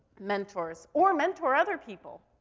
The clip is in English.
mentors, or mentor other people.